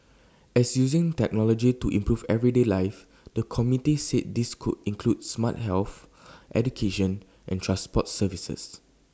as using technology to improve everyday life the committee said this could include smart health education and transport services